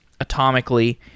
atomically